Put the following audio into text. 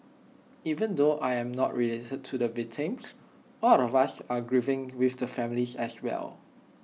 even though I am not related to the victims all of us are grieving with the families as well